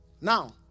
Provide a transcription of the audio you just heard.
Now